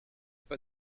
pas